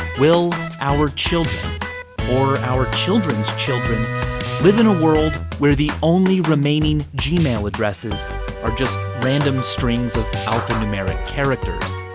will our children or our children's children live in a world where the only remaining gmail addresses is are just random strings of alphanumeric characters?